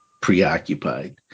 preoccupied